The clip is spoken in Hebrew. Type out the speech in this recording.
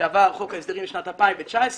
כשעבר חוק ההסדרים לשנת 2019,